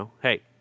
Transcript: Hey